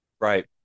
Right